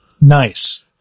Nice